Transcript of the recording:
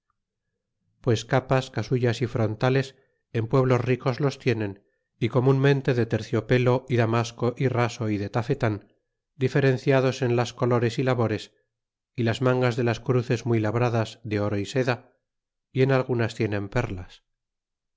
pues capas casullas y frontales en pueblos ricos los tienen y comunmente de terciopelo y damasco y raso y de tafetan diferenciados en las colores y labores y las mangas de las cruces muy labradas iv de oro y seda y en algunas tienen perlas